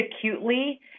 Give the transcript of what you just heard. acutely